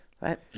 right